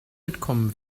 mitkommen